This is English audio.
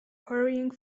hurrying